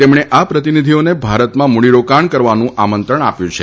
તેમણે આ પ્રતિનિધિઓને ભારતમં મૂડીરોકાણ કરવાનું આમંત્રણ આપ્યું હતું